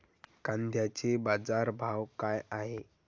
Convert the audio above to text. कांद्याचे बाजार भाव का हाये?